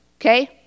Okay